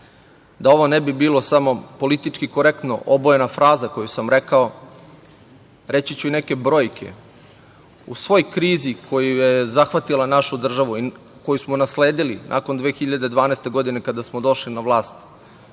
Da ovo ne bi bilo samo politički korektno obojena fraza koju sam rekao, reći ću i neke brojke. U svoj krizi koju je zahvatila našu državu, koju smo nasledili nakon 2012. godine kada smo došli na vlast,